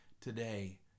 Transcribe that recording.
today